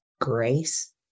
grace